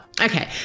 okay